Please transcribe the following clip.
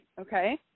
okay